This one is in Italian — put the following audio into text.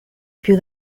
più